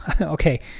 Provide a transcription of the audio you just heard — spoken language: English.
okay